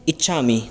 इच्छामि